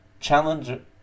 challenge